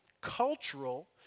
cultural